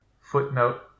footnote